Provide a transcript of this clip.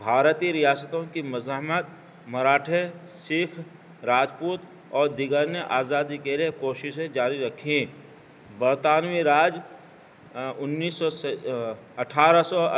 بھارتیہ ریاستوں کی مضحامت مراٹھے سکھ راجپوت اور دیگر نے آزادی کےلے کوششیں جاری رکھییں برطانوی راج انیس سو اٹھارہ سو